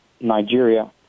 Nigeria